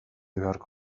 beharko